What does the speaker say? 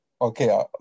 Okay